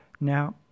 Now